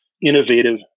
innovative